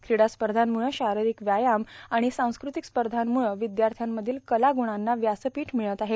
क्रीडा स्पधाम्रळं शारोरिक व्यायाम र्आण सांस्कृतिक स्पधामुळं विदयाथ्यामधील कलागुणांना व्यासपीठ मिळत आहे